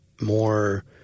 more